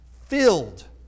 filled